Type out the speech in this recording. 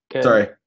Sorry